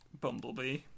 Bumblebee